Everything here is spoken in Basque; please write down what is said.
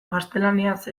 gaztelaniaz